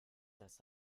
das